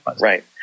Right